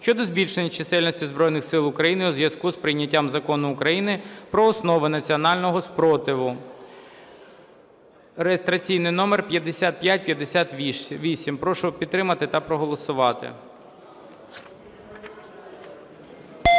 щодо збільшення чисельності Збройних Сил України у зв'язку із прийняттям Закону України "Про основи національного спротиву" (реєстраційний номер 5558). Прошу підтримати та проголосувати.